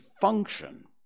function